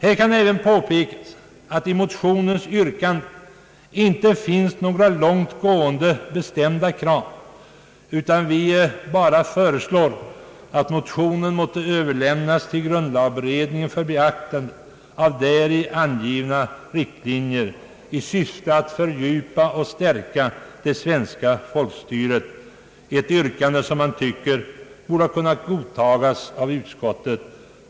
Här kan även påpekas att det i motionens yrkande inte finns några långt gående, bestämda krav. Vi bara föreslår att motionen måtte överlämnas till grundlagberedningen för beaktande av däri angivna riktlinjer i syfte att fördjupa och stärka det svenska folkstyret — ett yrkande som man tycker borde ha kunnat godtas av utskottet.